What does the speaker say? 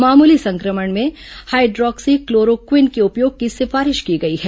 मामूली संक्रमण में हाईड्रॉक्सीक्लोरोक्विन के उपयोग की सिफारिश की गई है